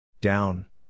Down